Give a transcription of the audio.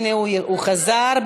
הנה, הוא חזר.